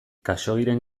khaxoggiren